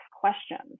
questions